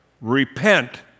repent